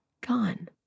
gone